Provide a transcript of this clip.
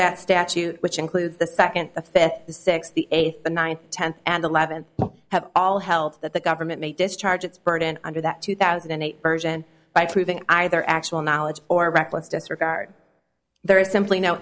that statute which includes the second the fifth sixth the eighth the ninth tenth and eleventh have all held that the government may discharge its burden under that two thousand and eight version by proving either actual knowledge or reckless disregard there is simply no